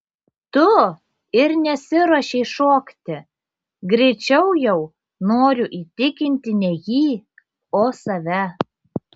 tu ir nesiruošei šokti greičiau jau noriu įtikinti ne jį o save